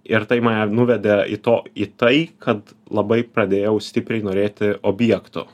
ir tai mane nuvedė į to į tai kad labai pradėjau stipriai norėti objekto